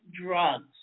drugs